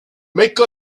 make